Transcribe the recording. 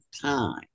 time